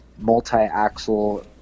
multi-axle